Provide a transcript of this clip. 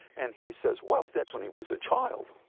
and he says, well, that's when he was a child.